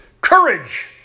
courage